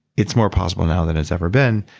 it's more possible now than it's ever been.